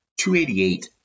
288